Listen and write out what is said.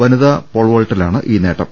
വനികാ പോൾവോൾട്ടിലാണ് ഈ നേട്ടം